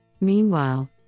Meanwhile